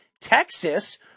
Texas